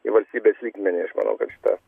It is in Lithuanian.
į valstybės lygmenį aš manau kad šitą